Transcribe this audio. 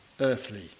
earthly